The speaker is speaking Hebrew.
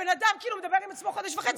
הבן אדם מדבר עם עצמו חודש וחצי,